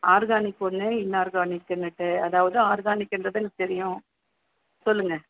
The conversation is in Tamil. ஆர்கானிக் ஒன்று இன்ஆர்கானிக்குனுட்டு அதாவது ஆர்கானிக்கின்றது எனக்கு தெரியும் சொல்லுங்கள்